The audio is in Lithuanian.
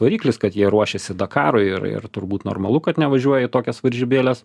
variklis kad jie ruošiasi dakarui ir ir turbūt normalu kad nevažiuoja į tokias varžybėles